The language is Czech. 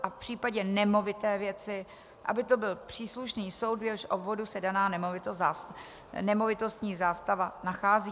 A v případě nemovité věci aby to byl příslušný soud, v jehož obvodu se daná nemovitost, nemovitostní zástava, nachází.